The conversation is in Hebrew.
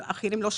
אחרים לא שלחו,